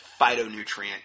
phytonutrient